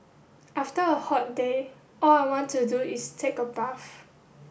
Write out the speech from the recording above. after a hot day all I want to do is take a bath